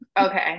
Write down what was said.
Okay